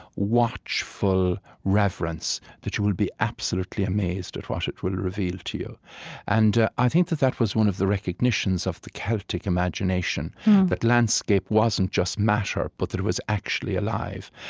watchful reverence, that you will be absolutely amazed at what it will reveal to you and i think that that was one of the recognitions of the celtic imagination that landscape wasn't just matter, but that it was actually alive.